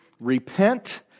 repent